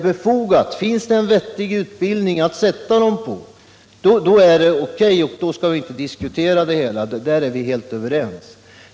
Men finns det någon vettig utbildning för dem, är det naturligtvis OK, och då skall vi inte diskutera den frågan längre — därom är vi helt överens.